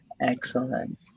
Excellent